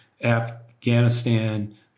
Afghanistan